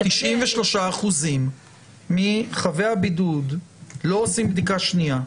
93% מחבי הבידוד לא עושים בדיקה שנייה.